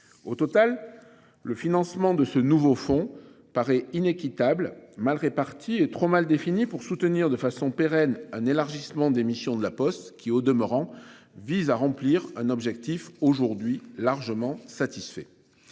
Au total, le financement de ce nouveau fonds paraît inéquitable mal répartis trop mal définis pour soutenir de façon pérenne un élargissement des missions de la Poste qui au demeurant vise à remplir un objectif aujourd'hui largement satisfait.